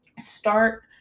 Start